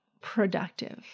productive